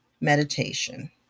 meditation